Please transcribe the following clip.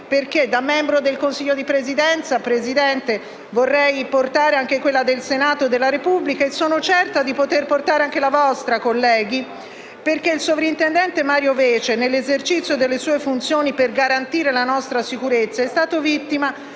perché da membro del Consiglio di Presidenza vorrei portare anche quella del Senato della Repubblica e sono certa di poter portare anche la vostra, colleghi. Il sovrintendente Mario Vece, infatti, nell'esercizio delle sue funzioni, per garantire la nostra sicurezza è stato vittima